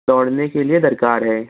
دوڑنے کے لیے درکار ہے